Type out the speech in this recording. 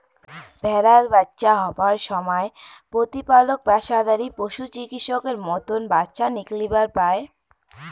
ভ্যাড়ার বাচ্চা হবার সমায় প্রতিপালক পেশাদারী পশুচিকিৎসকের মতন বাচ্চা নিকলিবার পায়